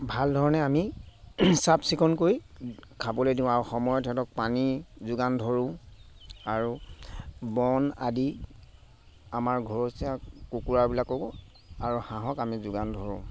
ভাল ধৰণে আমি চাফ চিকুণকৈ খাবলে দিওঁ আৰু সময়ত সিহঁতক পানী যোগান ধৰোঁ আৰু বন আদি আমাৰ ঘৰুচীয়া কুকুৰাবিলাককো আৰু হাঁহক আমি যোগান ধৰোঁ